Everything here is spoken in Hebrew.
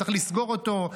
צריך לסגור אותו,